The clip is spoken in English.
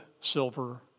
silver